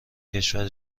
کشور